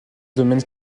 domaine